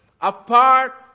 apart